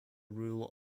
rule